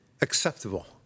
acceptable